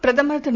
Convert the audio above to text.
பிரதமர் திரு